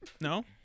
No